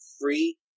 free